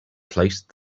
placed